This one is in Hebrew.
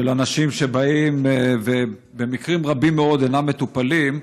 של אנשים שבאים ובמקרים רבים מאוד אינם מטופלים,